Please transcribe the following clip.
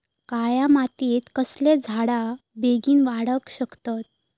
काळ्या मातयेत कसले झाडा बेगीन वाडाक शकतत?